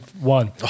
one